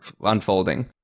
unfolding